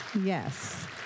yes